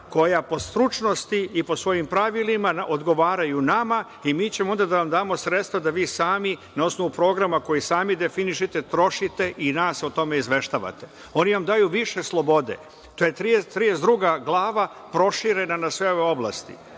koja po stručnosti i po svojim pravilima odgovaraju nama, i mi ćemo onda da vam damo sredstva da vi sami na osnovu programa koji sami definišete trošite i nas o tome izveštavate. Oni nam daju više slobode. To je 32 glava proširena na sve ove oblasti.